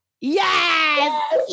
Yes